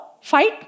fight